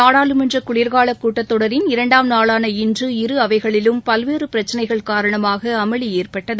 நாடாளுமன்ற குளிர் கால கூட்டத் தொடரின் இரண்டாம் நாளான இன்று இரு அவைகளிலும் பல்வேறு பிரச்சினைகள் காரணமாக அமளி ஏற்பட்டது